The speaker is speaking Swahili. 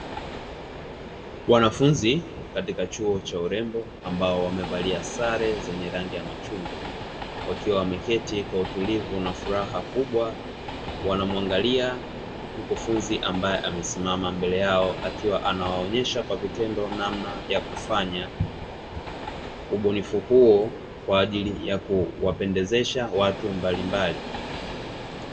Wanafunzi katika chuo cha urembo ambao wamevalia sare zenye rangi ya machungwa wakiwa wameketi kwa utulivu na furaha kubwa, wanamwangalia mkufunzi ambaye amesimama mbele yao akiwa anawaonyesha kwa vitendo namna ya kufanya ubunifu huo kwa ajili ya kuwapendezesha watu mbalimbali.